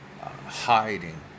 hiding